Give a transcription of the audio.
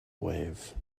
wave